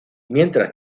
mientras